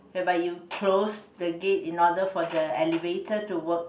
whereby you close the gate in order for the elevator to work